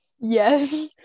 Yes